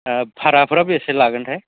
अ भाराफोरा बेसे लागोनथाय